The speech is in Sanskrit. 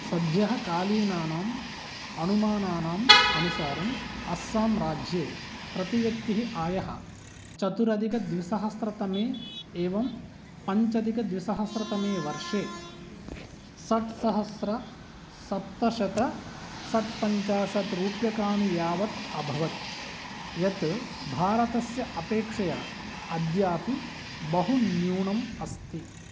सद्यःकालीनानाम् अनुमानानाम् अनुसारम् अस्साम् राज्ये प्रतिव्यक्ति आयः चतुरधिकद्विसहस्रतमे एवं पञ्चाधिकद्विसहस्रतमे वर्षे षट्सहस्रसप्तशतषट्पञ्चाशद्रूप्यकाणि यावत् अभवत् यत् भारतस्य अपेक्षया अद्यापि बहुन्यूनम् अस्ति